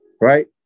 right